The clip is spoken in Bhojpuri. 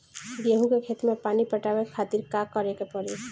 गेहूँ के खेत मे पानी पटावे के खातीर का करे के परी?